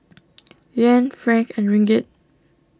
Yuan Franc and Ringgit